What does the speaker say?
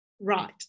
Right